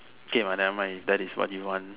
K but nevermind if that is what you want